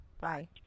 Bye